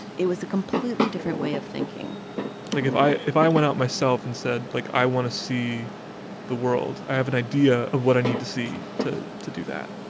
it was a completely different way of thinking like if i if i went out myself and said like, i want to see the world, i have an idea of what i need to see to to do that.